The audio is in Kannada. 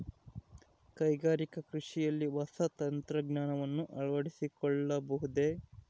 ಕೈಗಾರಿಕಾ ಕೃಷಿಯಲ್ಲಿ ಹೊಸ ತಂತ್ರಜ್ಞಾನವನ್ನ ಅಳವಡಿಸಿಕೊಳ್ಳಬಹುದೇ?